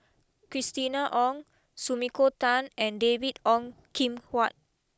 Christina Ong Sumiko Tan and David Ong Kim Huat